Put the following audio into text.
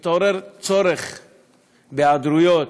מתעורר צורך בהיעדרויות,